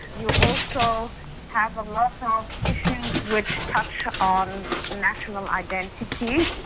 you also have a lot of issues which touch on national identity,